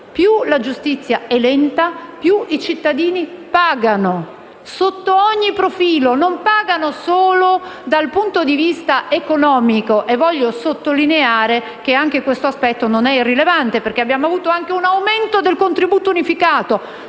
Più la giustizia è lenta, più i cittadini pagano, sotto ogni profilo. Non pagano solo dal punto di vista economico; voglio sottolineare che anche questo aspetto non è irrilevante perché abbiamo avuto un aumento del contributo unificato